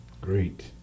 Great